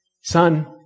Son